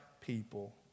people